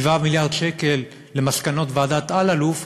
7 מיליארד שקל למסקנות ועדת אלאלוף,